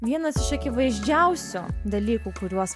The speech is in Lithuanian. vienas iš akivaizdžiausių dalykų kuriuos